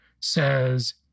says